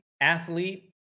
athlete